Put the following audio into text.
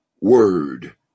word